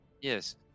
yes